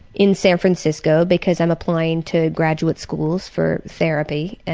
in san francisco because i'm applying to graduate schools for therapy,